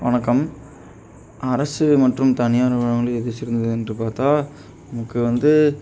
வணக்கம் அரசு மற்றும் தனியார் நிறுவனங்களின் எது சிறந்தது என்று பார்த்தா நமக்கு வந்து